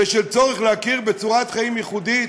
ושל צורך להכיר בצורת חיים ייחודית.